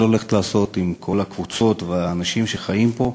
הולכת לעשות עם כל הקבוצות והאנשים שחיים פה.